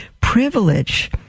privilege